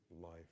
life